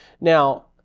Now